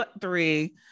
three